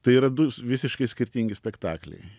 tai yra du visiškai skirtingi spektakliai